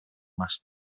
más